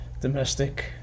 domestic